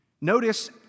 Notice